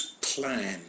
plan